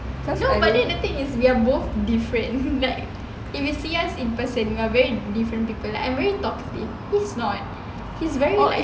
but then the thing is they are both different like if you see us in person we are very different people I very talkative he's not he's very like